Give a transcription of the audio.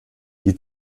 die